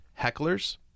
hecklers